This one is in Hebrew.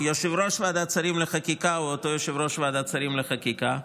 יושב-ראש ועדת שרים לחקיקה הוא אותו יושב-ראש ועדת שרים לחקיקה,